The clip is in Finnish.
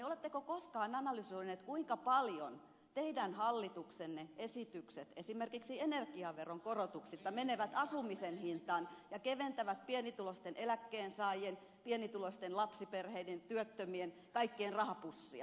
oletteko koskaan analysoineet kuinka paljon teidän hallituksenne esitykset esimerkiksi energiaveron korotuksista menevät asumisen hintaan ja keventävät pienituloisten eläkkeensaajien pienituloisten lapsiperheiden työttömien kaikkien rahapussia